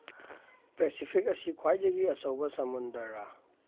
Pacific ꯑꯁꯤ ꯈ꯭ꯋꯥꯏꯗꯒꯤ ꯑꯆꯧꯕ ꯁꯃꯨꯟꯗꯔꯔꯥ